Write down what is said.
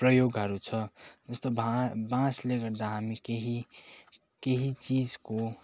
प्रयोगहरू छ जस्तो बाँ बाँसले गर्दा हामी केही केही चिजको